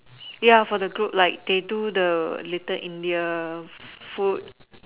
ya for the group like they do the Little India food